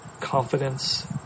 confidence